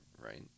right